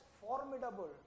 formidable